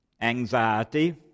anxiety